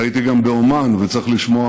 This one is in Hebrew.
הייתי גם בעומאן, וצריך לשמוע